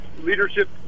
leadership